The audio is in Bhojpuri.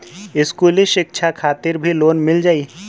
इस्कुली शिक्षा खातिर भी लोन मिल जाई?